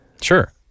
Sure